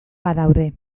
badaude